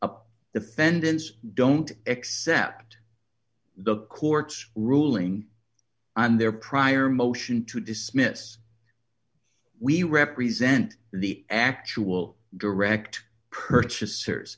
a defendant's don't accept the court's ruling on their prior motion to dismiss we represent the actual direct purchasers